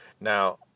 now